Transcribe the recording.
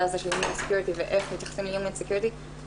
הזה של Human security ואיך מתייחסים ל- Human security בתוך